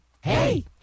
Hey